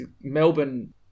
Melbourne